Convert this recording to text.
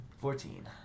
Fourteen